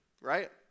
right